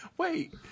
Wait